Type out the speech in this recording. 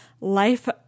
life